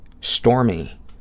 Stormy